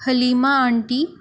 Halima aunty